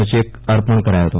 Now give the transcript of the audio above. નો cheque અર્પણ કરાયો ફતો